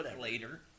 later